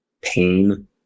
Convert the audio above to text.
pain